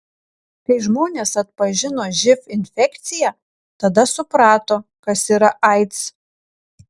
kai žmonės atpažino živ infekciją tada suprato kas yra aids